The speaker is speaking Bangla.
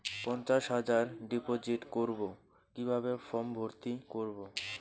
পঞ্চাশ হাজার ডিপোজিট করবো কিভাবে ফর্ম ভর্তি করবো?